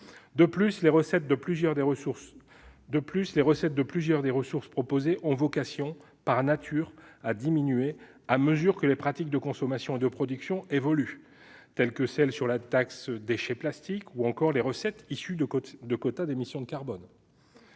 De plus, les recettes de plusieurs des ressources proposées ont vocation par nature à diminuer à mesure que les pratiques de consommation et de production évoluent, telles que les recettes de la taxe sur les déchets plastiques, ou encore les recettes issues de quotas d'émissions de carbone.